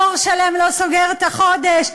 דור שלם לא סוגר את החודש,